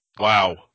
Wow